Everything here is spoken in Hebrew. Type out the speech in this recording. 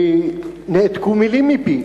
נעתקו מלים מפי,